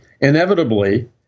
inevitably